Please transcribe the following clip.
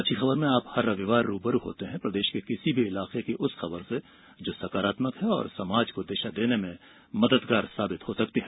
अच्छी खबर में आप हर रविवार रू ब रू होते हैं प्रदेश के किसी भी इलाके की उस खबर से जो सकारात्मक है और समाज को दिशा देने में मददगार हो सकती है